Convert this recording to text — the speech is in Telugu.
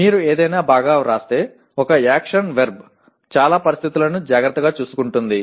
మీరు ఏదైనా బాగా వ్రాస్తే ఒక యాక్షన్ వర్బ్ చాలా పరిస్థితులను జాగ్రత్తగా చూసుకుంటుంది